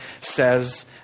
says